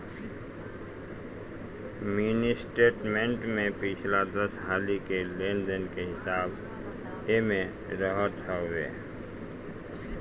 mini statement में पिछला दस हाली के लेन देन के हिसाब एमे रहत हवे